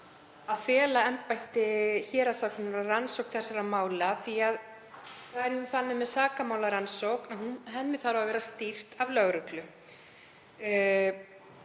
að fela embætti héraðssaksóknara rannsókn þessara mála því að það er jú þannig með sakamálarannsókn að henni þarf að vera stýrt af lögreglu.